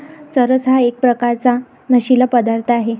चरस हा एक प्रकारचा नशीला पदार्थ आहे